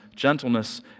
gentleness